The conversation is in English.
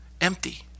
empty